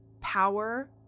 power